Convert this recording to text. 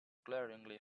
glaringly